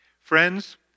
Friends